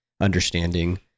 understanding